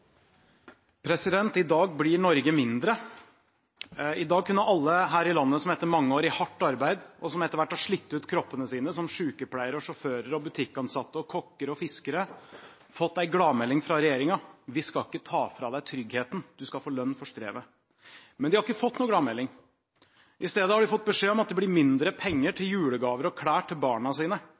I dag blir Norge mindre. I dag kunne alle her i landet som etter mange år i hardt arbeid, og som etter hvert har slitt ut kroppene sine som sykepleiere og sjåfører og butikkansatte og kokker og fiskere, fått en gladmelding fra regjeringen: Vi skal ikke ta fra deg tryggheten, du skal få lønn for strevet. Men de har ikke fått noen gladmelding. I stedet har de fått beskjed om at det blir mindre penger til julegaver og klær til barna